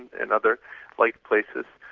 and other like places,